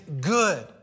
good